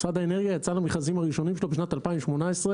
משרד האנרגיה יצא למכרזים הראשונים שלו בשנת 2018,